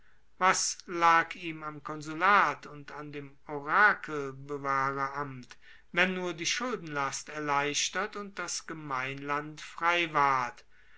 was lag ihm am konsulat und an dem orakelbewahreramt wenn nur die schuldenlast erleichtert und das gemeinland frei ward